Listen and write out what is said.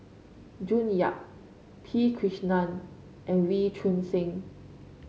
June Yap P Krishnan and Wee Choon Seng